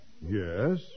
Yes